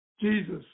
Jesus